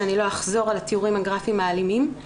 ואני לא אחזור על התיאורים הגרפיים האלימים,